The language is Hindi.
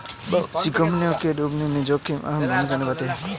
बहुत सी कम्पनियों के डूबने में जोखिम अहम भूमिका निभाता है